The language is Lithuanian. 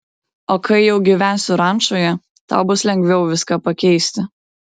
o kai jau gyvensiu rančoje tau bus lengviau viską pakeisti